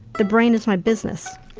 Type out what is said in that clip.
the brain is my business.